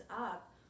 up